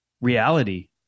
reality